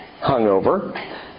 hungover